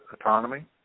autonomy